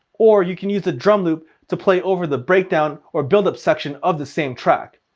or you can use the drum loop to play over the breakdown or buildup section of the same track.